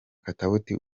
katauti